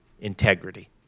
integrity